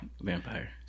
Vampire